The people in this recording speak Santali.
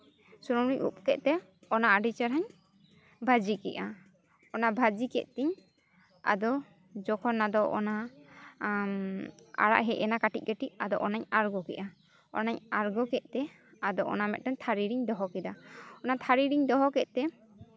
ᱥᱩᱱᱩᱢᱤᱧ ᱩᱵ ᱠᱮᱫ ᱛᱮ ᱚᱱᱟ ᱟᱹᱰᱤ ᱪᱟᱲᱤᱧ ᱵᱷᱟᱹᱡᱤ ᱠᱮᱫᱟ ᱚᱱᱟ ᱵᱷᱟᱹᱡᱤ ᱠᱮᱫ ᱛᱤᱧ ᱟᱫᱚ ᱡᱚᱠᱷᱚᱱ ᱟᱫᱚ ᱚᱱᱟ ᱟᱨᱟᱜ ᱦᱮᱡ ᱮᱱᱟ ᱠᱟᱹᱴᱤᱡ ᱠᱟᱹᱴᱤᱡ ᱟᱫᱚ ᱚᱱᱟᱧ ᱟᱬᱜᱚ ᱠᱮᱫᱟ ᱚᱱᱟᱧ ᱟᱬᱜᱚ ᱠᱮᱫ ᱛᱮ ᱟᱫᱚ ᱚᱱᱟ ᱢᱤᱫᱴᱮᱱ ᱛᱷᱟᱹᱨᱤ ᱨᱮᱧ ᱫᱚᱦᱚ ᱠᱮᱫᱟ ᱚᱱᱟ ᱛᱷᱟᱹᱨᱤ ᱨᱤᱧ ᱫᱚᱦᱚ ᱠᱮᱫ ᱛᱮ